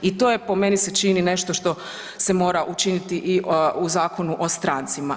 I to je po meni se čini nešto što se mora učiniti i u Zakonu o strancima.